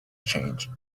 change